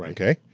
okay?